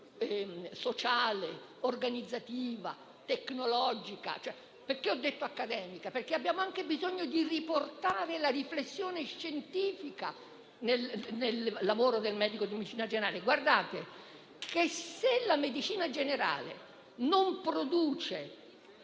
sociale, organizzativa e tecnologica. Ho detto accademica perché abbiamo bisogno anche di riportare la riflessione scientifica nel lavoro del medico di medicina generale. Se la medicina generale non produce